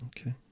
Okay